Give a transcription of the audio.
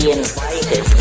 invited